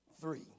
Three